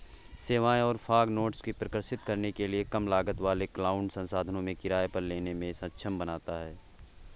सेवाओं और fog nodes को प्रकाशित करने के लिए कम लागत वाले क्लाउड संसाधनों को किराए पर लेने में सक्षम बनाता है